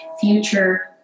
future